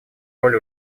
роль